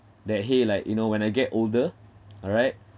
that !hey! like you know when I get older alright